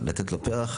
לתת לו פרח,